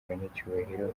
banyacyubahiro